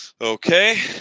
Okay